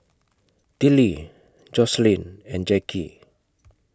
Tillie Joslyn and Jackie